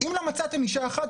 אם לא מצאתם אשה אחת,